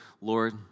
Lord